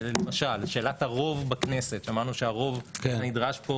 למשל שאלת הרוב בכנסת שמענו שהרוב הנדרש פה